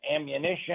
ammunition